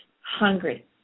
hungry